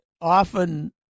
often